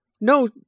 no